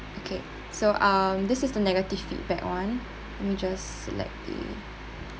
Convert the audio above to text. okay so um this is the negative feedback [one] let me just select it